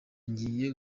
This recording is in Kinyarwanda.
ngiye